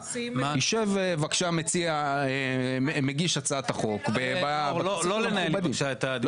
ישב בבקשה מגיש הצעת החוק --- בבקשה לא לנהל לי את הדיון.